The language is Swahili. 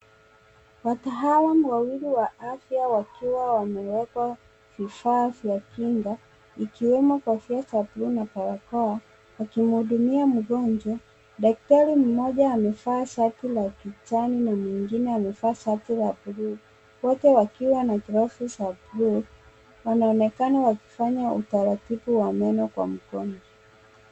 Watalam wawili wa aya wakiwa wamewekwa vifaa vya kinga, ikiwemo kofia za buluu na barakoa wakimhudumia mgonjwa. Daktari mmoja amevaa shati la kijani na mwingine amevaa shati la buluu, wote wakiwa na glavu za buluu. Wanaonekana wakifanya utaratibu wa meno kwa mgonjwa.